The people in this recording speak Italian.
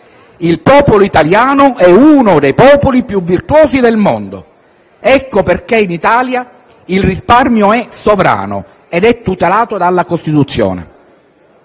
il popolo italiano è uno dei popoli più virtuosi del mondo. Ecco perché in Italia il risparmio è sovrano ed è tutelato dalla Costituzione.